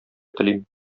телим